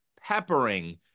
peppering